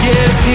Yes